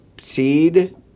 seed